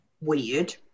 Weird